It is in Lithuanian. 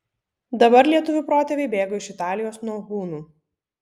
dabar lietuvių protėviai bėgo iš italijos nuo hunų